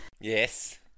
yes